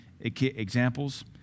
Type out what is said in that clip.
examples